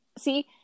see